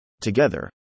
Together